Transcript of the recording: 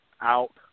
out